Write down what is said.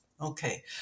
okay